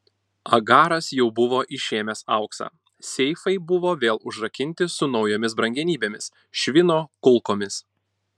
agaras jau buvo išėmęs auksą seifai buvo vėl užrakinti su naujomis brangenybėmis švino kulkomis